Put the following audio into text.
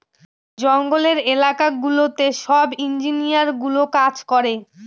জঙ্গলের এলাকা গুলোতে সব ইঞ্জিনিয়ারগুলো কাজ করে